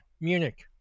Munich